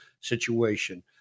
situation